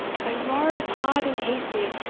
but you are as hot and hasty,